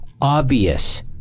obvious